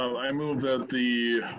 i move that the